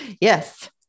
Yes